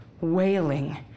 wailing